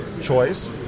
choice